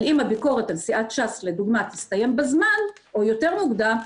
אבל אם הביקורת על סיעת ש"ס לדוגמא תסתיים בזמן או יותר מוקדם,